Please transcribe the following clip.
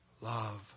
love